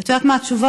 את יודעת מה התשובה?